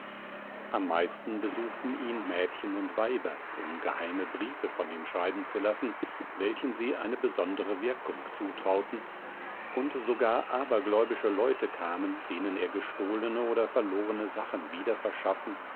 am meisten besuchten ihn mädchen und weiber um geheime briefe von ihm schreiben zu lassen welchen sie eine besondere wirkung zutrauten und sogar abergläubische leute kamen denen er gestohlene oder verlorene sachen wiederverschaffen